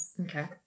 Okay